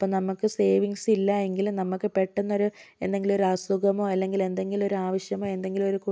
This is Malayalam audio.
അപ്പം നമുക്ക് സേവിങ്സ് ഇല്ല എങ്കിൽ നമുക്ക് പെട്ടെന്ന് ഒരു എന്തെങ്കിലും ഒരു അസുഖമോ അല്ലെങ്കിൽ എന്തെങ്കിലും ഒരു ആവശ്യമോ എന്തെങ്കിലും ഒരു